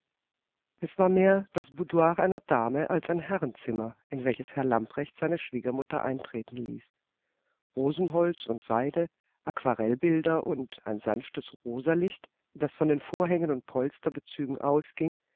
es war mehr das boudoir einer dame als ein herrenzimmer in welches herr lamprecht seine schwiegermutter eintreten ließ rosenholz und seide aquarellbilder und ein sanftes rosalicht das von den vorhängen und polsterbezügen ausging